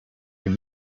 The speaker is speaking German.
hier